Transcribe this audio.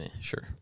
Sure